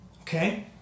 okay